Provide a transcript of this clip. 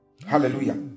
hallelujah